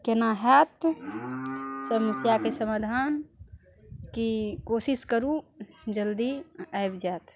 केना होएत समस्याके समाधान की कोशिश करू जल्दी आबि जाएत